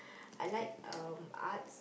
I like um Arts